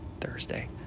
Thursday